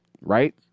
right